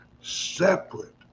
separate